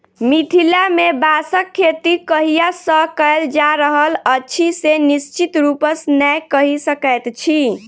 मिथिला मे बाँसक खेती कहिया सॅ कयल जा रहल अछि से निश्चित रूपसॅ नै कहि सकैत छी